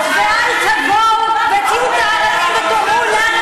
אנחנו אמורים לשמור על הביטחון של האזרחים שלנו.